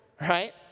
right